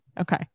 Okay